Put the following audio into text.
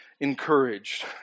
encouraged